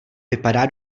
vypadá